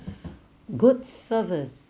good service